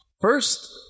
First